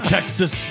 Texas